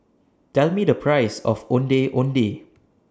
Tell Me The Price of Ondeh Ondeh